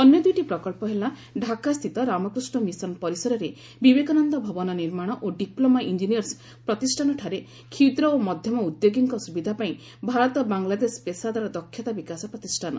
ଅନ୍ୟ ଦୁଇଟି ପ୍ରକଳ୍ପ ହେଲା ଢାକାସ୍ଥିତ ରାମକୃଷ୍ଣ ମିଶନ ପରିସରରେ ବିବେକାନନ୍ଦ ଭବନ ନିର୍ମାଣ ଓ ଡିପ୍ଲୋମା ଇଞ୍ଜିନିୟର୍ସ ପ୍ରତିଷ୍ଠାନଠାରେ କ୍ଷୁଦ୍ର ଓ ମଧ୍ୟମ ଉଦ୍ୟୋଗୀଙ୍କ ସୁବିଧା ପାଇଁ ଭାରତ ବାଂଲାଦେଶ ପେସାଦାର ଦକ୍ଷତା ବିକାଶ ପ୍ରତିଷ୍ଠାନ